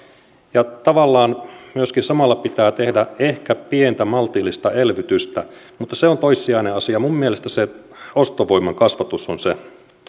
ja tavallaan myöskin samalla pitää tehdä ehkä pientä maltillista elvytystä mutta se on toissijainen asia minun mielestäni se ostovoiman kasvatus on se